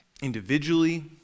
individually